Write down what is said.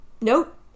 Nope